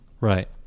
Right